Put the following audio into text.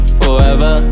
forever